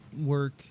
work